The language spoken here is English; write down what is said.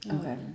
Okay